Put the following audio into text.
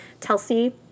Telsey